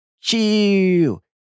Chill